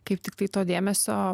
kaip tiktai to dėmesio